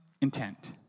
intent